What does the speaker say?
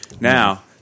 Now